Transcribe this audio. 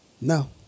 No